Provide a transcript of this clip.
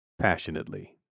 Passionately